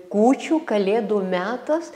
kūčių kalėdų metas